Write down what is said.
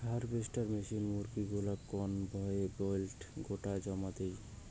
harvester machine মুরগী গুলাক conveyor বেল্টে গোটেয়া জমা দেই